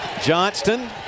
Johnston